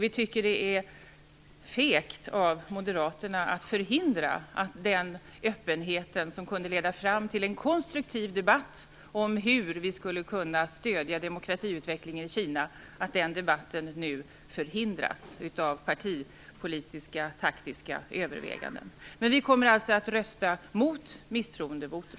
Vi tycker att det är fegt av Moderaterna att av partipolitiska och taktiska överväganden förhindra den öppenhet som kunde leda fram till en konstruktiv debatt om hur vi skulle kunna stödja demokratiutvecklingen i Kina. Vi kommer alltså att rösta mot förslaget om misstroendevotum.